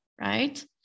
right